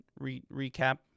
Recap